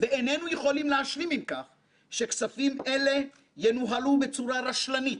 ואיננו יכולים להשלים עם כך שכספים אלה ינוהלו בצורה רשלנית